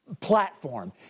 platform